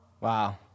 Wow